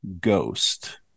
ghost